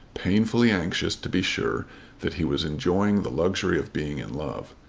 painfully anxious to be sure that he was enjoying the luxury of being in love.